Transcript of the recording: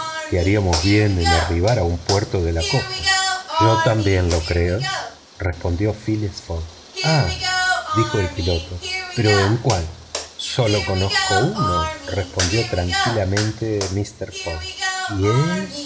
que haríamos bien en arribar a un puerto de la costa yo también lo creo respondió phileas fogg ah dijo el piloto pero en cuál sólo conozco uno respondió tranquilamente mister fogg y es